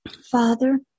Father